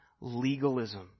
legalism